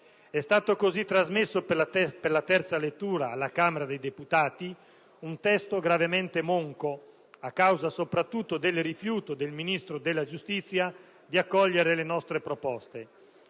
È stato così trasmesso per la terza lettura alla Camera dei deputati un testo gravemente monco, a causa soprattutto del rifiuto del Ministro della giustizia di accogliere le nostre proposte.